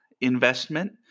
investment